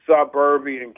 suburban